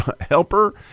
helper